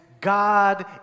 God